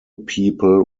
people